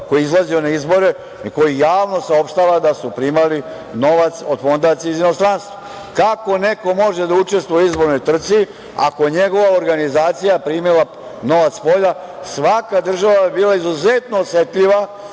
koji je izlazio na izbore, koji javno saopštava da su primali novac od fondacija iz inostranstva. Kako neko može da učestvuje u izbornoj trci ako je njegova organizacija primila novac spolja? Svaka država bi bila izuzetno osetljiva